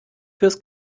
fürs